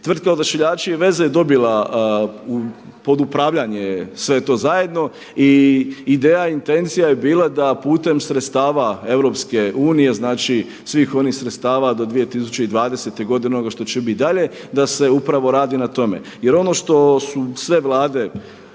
Tvrtka Odašiljači i veze je dobila pod upravljanje sve to zajedno. I ideja i intencija je bila da putem sredstava EU, znači svih onih sredstava do 2020. godine, onoga što će bit dalje, da se upravo radi na tome. Jer ono što su sve Vlade